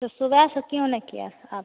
तो सुबह से क्यों नहीं किए आप